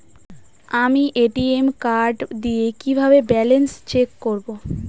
আমি ATM card দিয়ে কিভাবে ব্যালেন্স চেক করব?